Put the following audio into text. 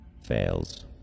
fails